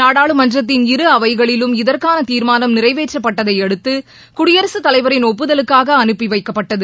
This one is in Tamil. நாடாளுமன்றத்தின் இரு அவைகளிலும் இதற்கான தீர்மானம் நிறைவேற்றப்பட்டதை அடுத்து குடியரகத் தலைவரின் ஒப்புதலுக்காக அனுப்பி வைக்கப்பட்டது